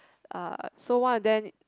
uh so one of them